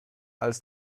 als